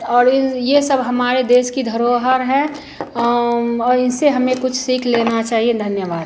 और ई ये सब हमारे देश की धरोहर है औ इनसे हमें कुछ सीख लेना चाहिए धन्यवाद